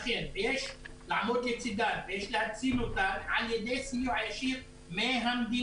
אכן יש לעמוד לצדן ויש להציל אותן על ידי סיוע ישיר מהמדינה.